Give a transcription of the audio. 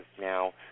now